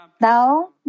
Now